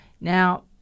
Now